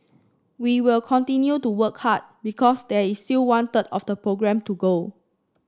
we will continue to work hard because there is still one third of the programme to go